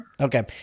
Okay